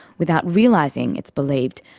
without realising, it's believed,